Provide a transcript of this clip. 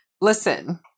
listen